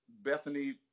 Bethany